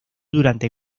durante